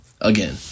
again